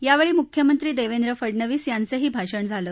यावेळी मुख्यमंत्री देवेंद्र फडनवीस यांचंही भाषण झालं